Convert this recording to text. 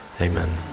amen